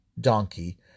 donkey